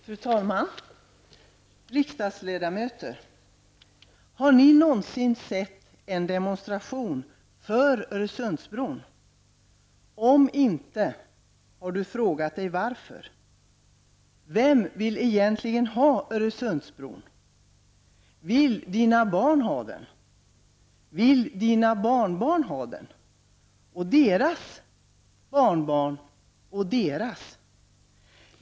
Fru talman! Ärade riksdagsledamöter! Har ni någonsin sett en demonstration för Öresundsbron? Om inte -- har ni frågat er varför? Vem vill egentligen ha en Öresundsbro? Vill dina barn ha den? Vill dina barnbarn ha den, eller deras barnbarn?